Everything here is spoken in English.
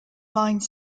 line